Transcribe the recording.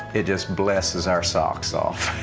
it just blesses our socks off.